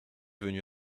venu